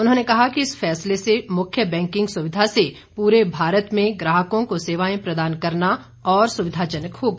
उन्होंने कहा कि इस फैसले से मुख्य बैंकिंग सुविधा से पूरे भारत में ग्राहकों को सेवाएं प्रदान करना और सुविधाजनक होगा